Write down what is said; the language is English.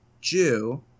Jew